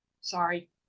Sorry